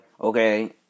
okay